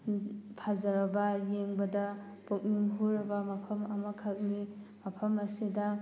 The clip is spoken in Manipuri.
ꯐꯖꯔꯕ ꯌꯦꯡꯕꯗ ꯄꯨꯛꯅꯤꯡ ꯍꯨꯔꯕ ꯃꯐꯝ ꯑꯃꯈꯛꯅꯤ ꯃꯐꯝ ꯑꯁꯤꯗ